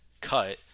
cut